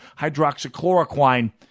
hydroxychloroquine